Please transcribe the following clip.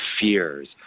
fears